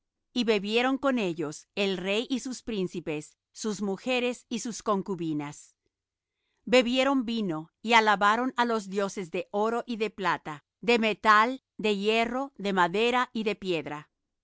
y bebieron con ellos el rey y sus príncipes sus mujeres y sus concubinas bebieron vino y alabaron á los dioses de oro y de plata de metal de hierro de madera y de piedra